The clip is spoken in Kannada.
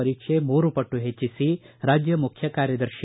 ಪರೀಕ್ಷೆ ಮೂರು ಪಟ್ಟು ಹೆಚ್ಚಿಸ ರಾಜ್ಯ ಮುಖ್ಲಕಾರ್ಯದರ್ಶಿ